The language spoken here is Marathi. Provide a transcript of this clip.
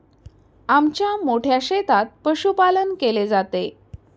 आमच्या मोठ्या शेतात पशुपालन केले जाते